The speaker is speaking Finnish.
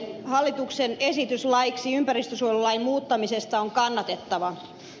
hallituksen esitys laiksi ympäristönsuojelulain muuttamisesta on kannatettava